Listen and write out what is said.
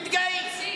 תתגאי.